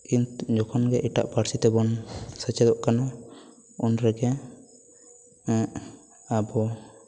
ᱠᱤᱱᱛᱩ ᱡᱚᱠᱷᱚᱱ ᱜᱮ ᱮᱴᱟᱜ ᱯᱟᱹᱨᱥᱤ ᱛᱮᱵᱚᱱ ᱥᱮᱪᱮᱫᱚᱜ ᱠᱟᱱᱟ ᱩᱱᱨᱮᱜᱮ ᱟᱵᱚ